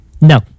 No